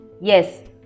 Yes